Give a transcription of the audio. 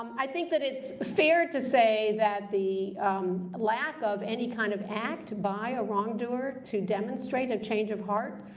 um i think that it's fair to say that the lack of any kind of act by a wrongdoer to demonstrate a change of heart,